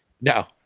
No